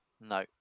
No